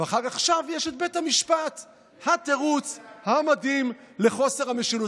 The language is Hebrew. עכשיו יש את בית המשפט כתירוץ המדהים לחוסר המשילות.